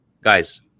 Guys